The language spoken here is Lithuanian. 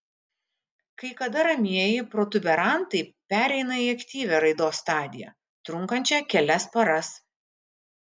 kai kada ramieji protuberantai pereina į aktyvią raidos stadiją trunkančią kelias paras